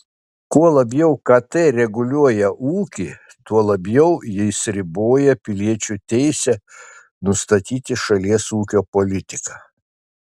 kuo labiau kt reguliuoja ūkį tuo labiau jis riboja piliečių teisę nustatyti šalies ūkio politiką